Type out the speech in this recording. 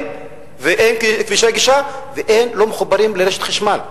ואין כבישי גישה ולא מחוברים לרשת חשמל?